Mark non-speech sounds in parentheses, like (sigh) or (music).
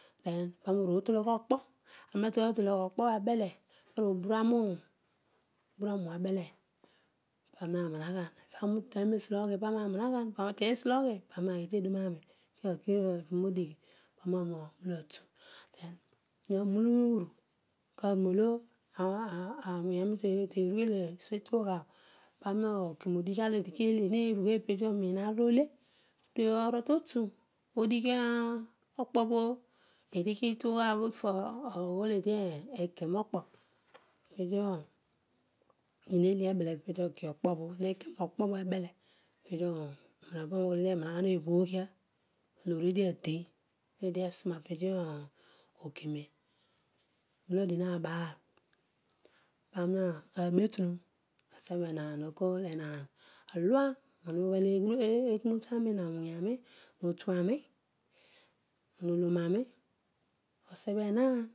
Pani oruotolo okpol arol atua tologh okpo abele pani oru obina anuun bura muun abele pani wa nanaghau kani utenyio nesi oghi pani ma nanghan kani ateny esi oghi pani maghi tedun ani akiagh oban odighi pani onioniima nulatu mani mulauru molo (hesitation) awu arol derugheel dio tesi itughabho papi oken odighiaa olo eedi kele nenigheel peedi omin aar olo ale orototu ogighi okpobho eedighi tughabor molo oghool eedi ege mokpo eedi ele ebele po eedi oge okpobho eedi wege rookpobho ebele peedio parol oghool eed enanaghan ebhogia aloor eedi adem lo eedi esuna po eedi ogene molo adiomabaal pani ma betunu asebh enan akol enaan alua bha wu bhel eghun otuani wawuim ani no otuani na olom ami osebh enaan